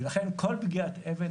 ולכן כל פגיעת אבן,